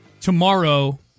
tomorrow